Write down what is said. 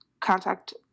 contact